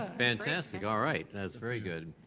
ah fantastic, alright, that's very good.